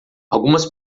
algumas